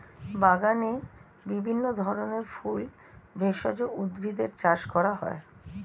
বাগানে বিভিন্ন ধরনের ফুল, ভেষজ উদ্ভিদের চাষ করা হয়